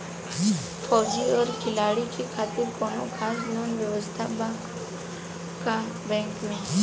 फौजी और खिलाड़ी के खातिर कौनो खास लोन व्यवस्था बा का बैंक में?